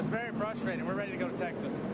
very frustrating. we're ready to go to texas.